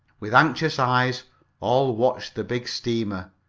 with anxious eyes all watched the big steamer,